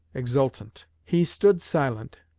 exultant. he stood silent,